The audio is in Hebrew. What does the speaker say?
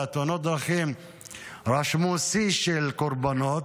ותאונות הדרכים רשמו שיא של קורבנות,